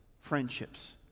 friendships